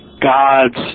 gods